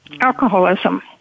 alcoholism